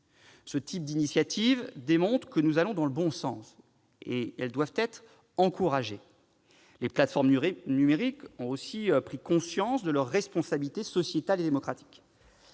de ce type démontrent que nous allons dans le bon sens et doivent être encouragées. Les plateformes numériques ont aussi pris conscience de leur responsabilité sociétale et démocratique.